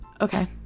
okay